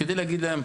כדי להגיד להם,